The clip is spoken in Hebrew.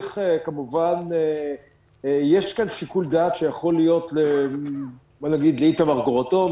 כמובן יש כאן שיקול דעת שיכול להיות נגיד לאיתמר גרוטו,